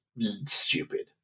stupid